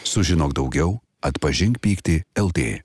sužinok daugiau atpažink pyktį el tė